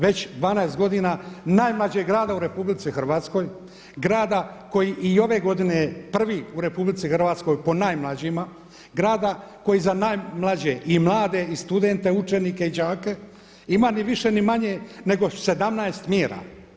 Već 12 godina najmlađeg grada u RH, grada koji i ove godine prvi u RH po najmlađima, grada koji za najmlađe i mlade i studente, učenike i đake ima ni više, ni manje nego 17 mjera.